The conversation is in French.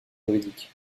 juridiques